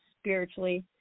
spiritually